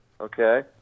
okay